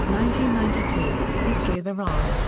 ninety ninety two history of iran,